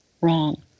wrong